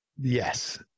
Yes